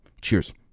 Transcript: Cheers